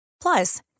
Plus